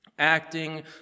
acting